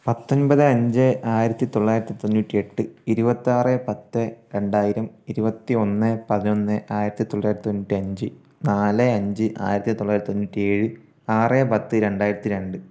പത്തൊമ്പത് അഞ്ച് ആയിരത്തി തൊള്ളായിരത്തി തൊണ്ണൂറ്റി എട്ട് ഇരുപത്താറ് പത്ത് രണ്ടായിരം ഇരുപത്തിയൊന്ന് പതിനൊന്ന് ആയിരത്തി തൊള്ളായിരിത്തി തൊണ്ണൂറ്റി അഞ്ച് നാല് അഞ്ച് ആയിരത്തി തൊള്ളായിരത്തി തൊണ്ണൂറ്റി ഏഴ് ആറ് പത്ത് രണ്ടായിരത്തി രണ്ട്